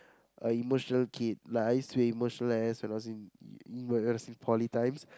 uh emotional kid like I used to be emotional as when I was in ever since poly times